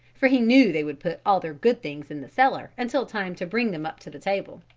for he knew they would put all their good things in the cellar until time to bring them up to the table.